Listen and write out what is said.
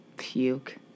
puke